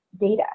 data